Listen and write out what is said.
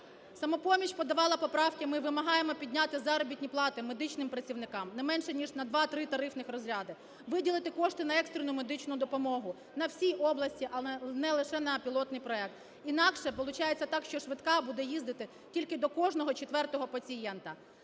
"Самопоміч" подавала поправки, ми вимагаємо підняти заробітні плати медичним працівникам не менше ніж на 2-3 тарифних розряди, виділити кошти на екстрену медичну допомогу, на всі області, а не лише на пілотний проект. Інакше получається так, що швидка буде їздити тільки до кожного четвертого пацієнта.